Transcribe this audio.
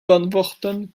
beantworten